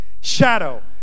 Shadow